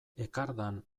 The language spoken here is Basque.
ekardan